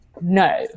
no